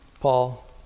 Paul